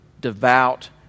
devout